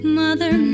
mother